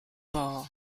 ball